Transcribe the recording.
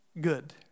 good